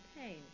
pain